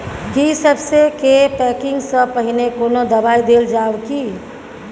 की सबसे के पैकिंग स पहिने कोनो दबाई देल जाव की?